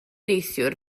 neithiwr